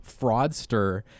fraudster